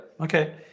Okay